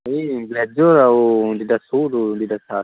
ଏଇ ବ୍ଲେଜର୍ ଆଉ ଦୁଇଟା ସୁଟ୍ ଦୁଇଟା ସାର୍ଟ